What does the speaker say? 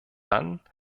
dann